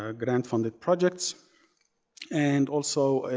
ah grant-funded projects and also,